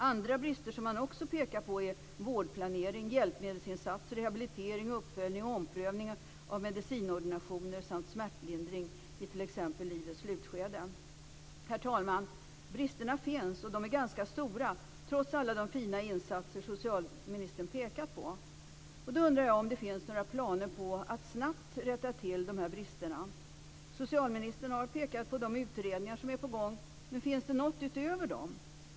Andra brister som man också pekar på är vårdplanering, hjälpmedelsinsatser, rehabilitering, uppföljning och omprövning av medicinordinationer samt smärtlindring i t.ex. livets slutskede. Herr talman! Bristerna finns och de är ganska stora, trots alla de fina insatser socialministern pekat på. Jag undrar om det finns några planer på att snabbt rätta till de bristerna. Socialministern har pekat på de utredningar som är på gång, men finns det något utöver dem?